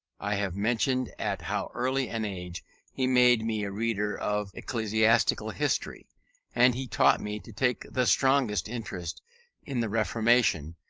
i have mentioned at how early an age he made me a reader of ecclesiastical history and he taught me to take the strongest interest in the reformation,